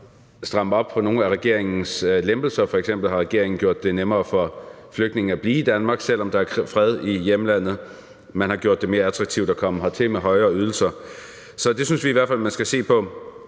strammer op på nogle af regeringens lempelser. F.eks. har regeringen gjort det nemmere for flygtninge at blive i Danmark, selv om der er fred i hjemlandet, og man har gjort det mere attraktivt at komme hertil med højere ydelser. Så det synes vi i hvert fald at man skal se på.